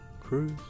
Cruise